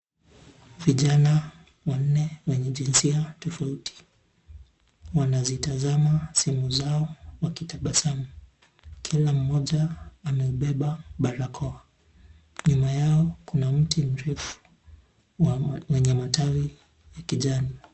Vijana wanne wenye jinsia tofauti, wanazitazama simu zao wakitabasamu. Kila mmoja ameubeba barakoa. Nyuma yao kuna mti mrefu wa wenye matawi ya kijani.